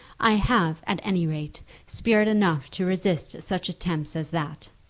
i have, at any rate, spirit enough to resist such attempts as that.